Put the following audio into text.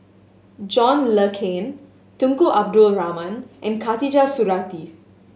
John Le Cain Tunku Abdul Rahman and Khatijah Surattee